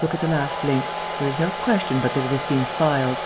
look at the last link. there is no question but that it has been filed.